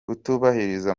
kutubahiriza